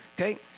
Okay